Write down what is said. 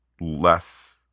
less